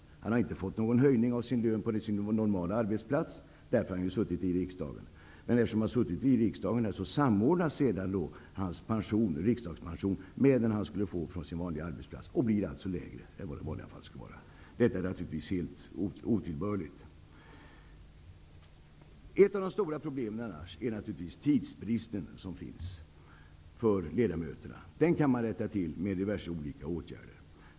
Vederbörande har inte fått höjd lön på sin normala arbetsplats på grund av arbetet i riksdagen. Eftersom vederbörande suttit med i riksdagen samordnas riksdagspensionen med den pension som han skulle få från sin vanliga arbetsplats. Därmed blir pensionen totalt sett lägre än den i vanliga fall skulle vara. Detta är naturligtvis helt otillbörligt. Ett av de stora problemen i övrigt är självfallet ledamöternas tidsbrist. Det förhållandet kan man komma till rätta med genom olika åtgärder.